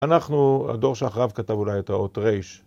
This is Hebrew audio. אנחנו, הדור שאחריו כתב אולי את האות ריש.